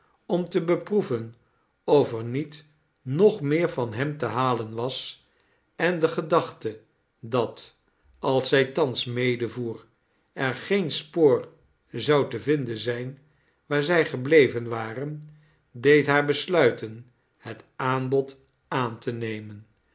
om te beproeven of er niet nog meer van hem te halen was en de gedachte dat als zij thans medevoer er geen spoor zou te vinden zijn waar zij gebleven waren deed haar besluiten het aanbod aan te nernen